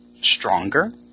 stronger